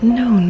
no